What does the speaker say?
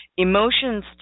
Emotions